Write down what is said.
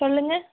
சொல்லுங்கள்